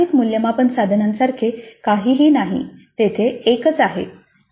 तर एकाधिक मूल्यमापन साधनांसारखे काहीही नाही तेथे एकच आहे